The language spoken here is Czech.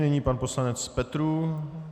Nyní pan poslanec Petrů.